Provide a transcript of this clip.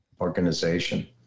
organization